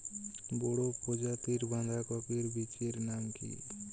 বড় প্রজাতীর বাঁধাকপির বীজের নাম কি?